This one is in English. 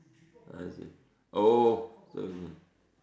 I see oh